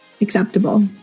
acceptable